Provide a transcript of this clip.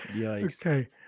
Okay